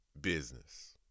business